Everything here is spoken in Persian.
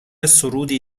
سرودی